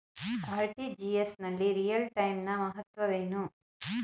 RTGS ನಲ್ಲಿ real time ನ ಮಹತ್ವವೇನು?